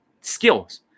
skills